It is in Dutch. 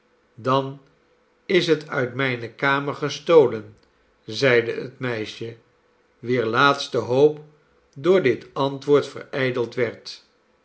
dan is het uit mijne kamer gestolen zeide het meisje wier laatste hoop door dit antwoord verijdeld werd